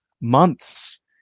months